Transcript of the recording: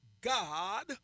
God